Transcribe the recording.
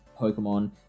Pokemon